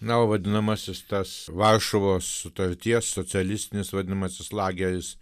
na o vadinamasis tas varšuvos sutarties socialistinis vadinamasis lageris